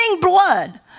blood